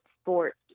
sports